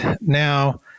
now